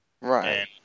Right